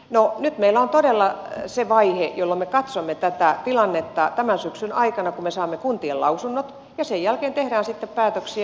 no nyt meillä on todella se vaihe jolloin me katsomme tätä tilannetta tämän syksyn aikana kun me saamme kuntien lausunnot ja sen jälkeen tehdään sitten päätöksiä